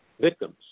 Victims